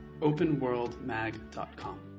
openworldmag.com